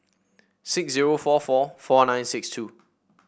six zero four four four nine six two